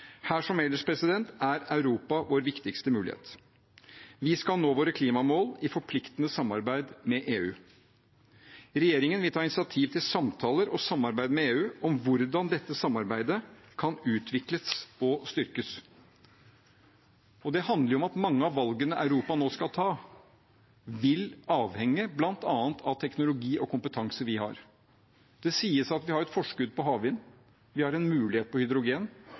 Her som ellers er Europa vår viktigste mulighet. Vi skal nå våre klimamål i forpliktende samarbeid med EU. Regjeringen vil ta initiativ til samtaler og samarbeid med EU om hvordan dette samarbeidet kan utvikles og styrkes. Det handler om at mange av valgene Europa nå skal ta, vil avhenge bl.a. av teknologi og kompetanse vi har. Det sies at vi har et forskudd på havvind, vi har en mulighet på hydrogen,